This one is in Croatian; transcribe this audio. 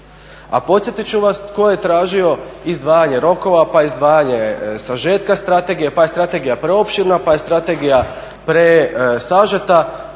A podsjetit ću vas tko je tražio izdvajanje rokova pa izdvajanje sažetka strategije pa je strategija preopširna pa je strategija presažeta,